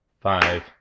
five